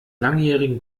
langjährigen